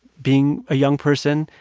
being a young person,